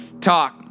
talk